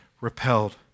repelled